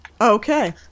Okay